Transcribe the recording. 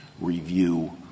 review